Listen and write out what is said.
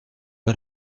pas